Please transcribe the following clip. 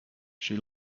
she